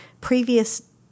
previous